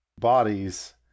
bodies